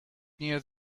near